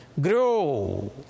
grow